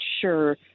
sure